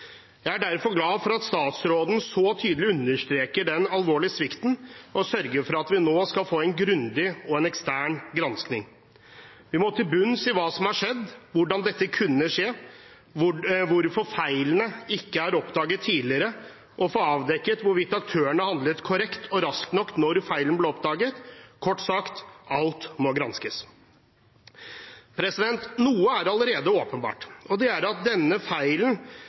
Jeg er derfor glad for at statsråden så tydelig understreker den alvorlige svikten og sørger for at vi nå skal få en grundig og ekstern gransking. Vi må til bunns i hva som har skjedd, hvordan dette kunne skje, hvorfor feilene ikke er oppdaget tidligere, og få avdekket hvorvidt aktørene handlet korrekt og raskt nok når feilen ble oppdaget – kort sagt: Alt må granskes. Noe er allerede åpenbart, og det er at denne feilen